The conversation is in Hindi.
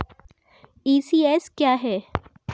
ई.सी.एस क्या है?